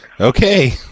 Okay